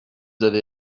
avez